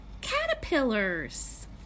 caterpillars